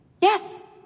Yes